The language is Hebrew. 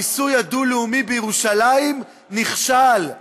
הניסוי הדו-לאומי בירושלים נכשל.